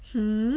hmm